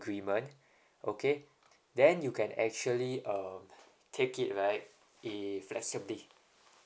agreement okay then you can actually uh take it right in flexibly